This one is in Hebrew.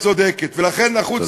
נכון.